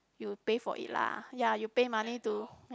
you pay for it lah ya you pay money to